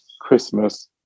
christmas